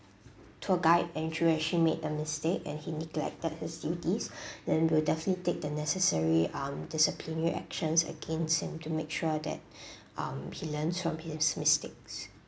tour guide andrew actually made the mistake and he neglected his duties then we'll definitely take the necessary um disciplinary actions against him to make sure that um he learned from his mistakes